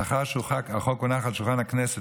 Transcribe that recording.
לאחר שהחוק הונח על שולחן הכנסת,